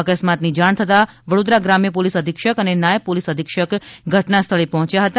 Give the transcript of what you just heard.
અકસ્માતની જાણ થતાં વડોદરા ગ્રામ્ય પોલીસ અધિક્ષક અને નાયબ પોલિસ અધિક્ષક ઘટનાસ્થળ પહોંચતા હતા